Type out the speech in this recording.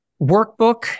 workbook